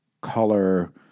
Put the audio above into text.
color